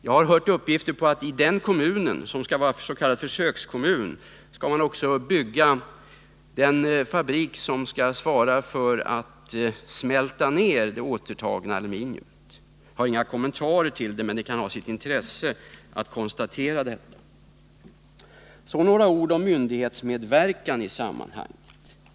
Jag har hört att man i denna kommun, som skall vara en s.k. försökskommun, också skall bygga den fabrik som skall svara för nedsmältningen av det återtagna aluminiumet. Jag har här inga kommentarer, men det kan kanske vara av intresse att konstatera detta. Så några ord om myndighetsmedverkan i sammanhanget.